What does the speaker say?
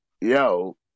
yo